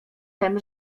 tem